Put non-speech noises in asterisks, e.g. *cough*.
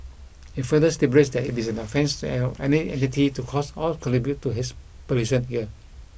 it further stipulates that it is an offence *unintelligible* any entity to cause or contribute to haze pollution here